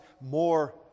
more